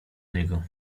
niego